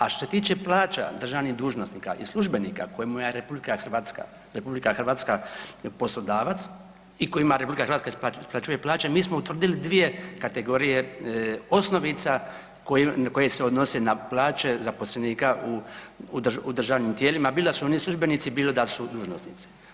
A što se tiče plaća državnih dužnosnika i službenika kojima je RH, RH poslodavac i kojima RH isplaćuje plaće, mi smo utvrdili 2 kategorije osnovica koji, koje se odnose na plaće zaposlenika u, u državnim tijelima bilo da su oni službenici, bilo da su dužnosnici.